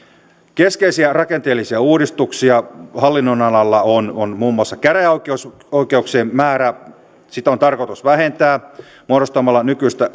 keskeisiä rakenteellisia uudistuksia hallinnonalalla on on muun muassa se että käräjäoikeuksien määrää on tarkoitus vähentää muodostamalla nykyistä